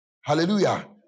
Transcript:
Hallelujah